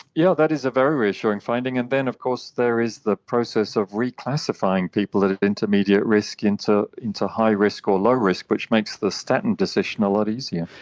yeah that is a very reassuring finding. and then of course there is the process of reclassifying people that are at intermediate risk into into high risk or low risk, which makes the statin decision a lot easier.